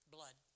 Blood